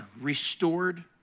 restored